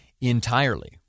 entirely